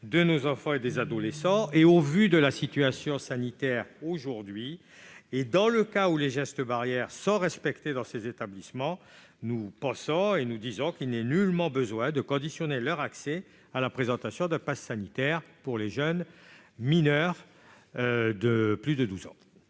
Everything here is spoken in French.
des enfants et des adolescents. Au vu de la situation sanitaire actuelle, et dans le cas où les gestes barrières sont respectés dans ces établissements, il ne nous semble nullement nécessaire de conditionner leur accès à la présentation d'un passe sanitaire pour les mineurs de plus de 12 ans.